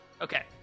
Okay